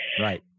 right